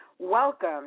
Welcome